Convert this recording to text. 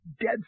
dead